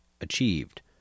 achieved